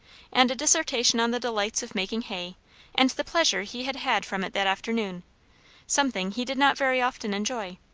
and a dissertation on the delights of making hay and the pleasure he had had from it that afternoon something he did not very often enjoy.